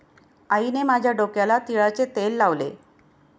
आईने माझ्या डोक्याला तिळाचे तेल लावले